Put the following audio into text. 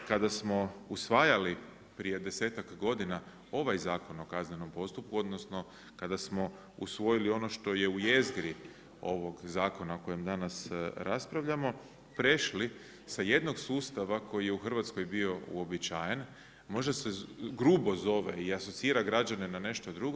Mi smo kada smo usvajali prije desetak godina ovaj Zakon o kaznenom postupku, odnosno kada smo usvojili ono što je u jezgri ovog zakona o kojem danas raspravljamo prešli sa jednog sustava koji je u Hrvatskoj bio uobičajen možda se grubo zove i asocira građane na nešto drugo.